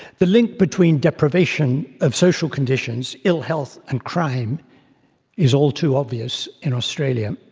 the link between deprivation of social conditions, ill-health and crime is all too obvious in australia.